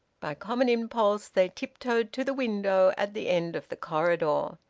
by a common impulse they tiptoed to the window at the end of the corridor.